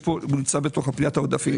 הוא נמצא בתוך פניית העודפים.